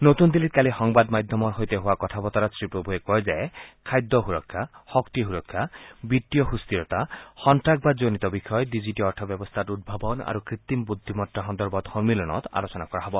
নতুন দিল্লীত কালি সংবাদ মাধ্যমৰ সৈতে হোৱা কথা বতৰাত শ্ৰীপ্ৰভূৱে কয় যে খাদ্য সুৰক্ষা শক্তি সুৰক্ষা বিত্তীয় সুস্থিৰতা সন্তাসবাদজনিত বিষয় ডিজিটিয় অৰ্থ ব্যৱস্থাত উদ্ভাৱন আৰু কৃত্ৰিম বুদ্ধিমত্তা সন্দৰ্ভত সম্মিলনত আলোচনা কৰা হ'ব